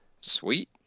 Sweet